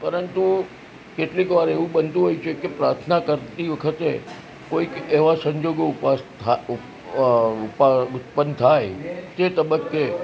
પરંતુ કેટલીક વાર એવું બનતું હોય છે કે પ્રાર્થના કરતી વખતે કોઈક એવા સંજોગો ઉત્પન્ન થાય તે તબક્કે